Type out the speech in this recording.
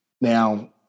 Now